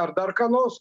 ar dar ką nors